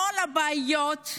כל הבעיות,